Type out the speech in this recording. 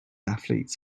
athletes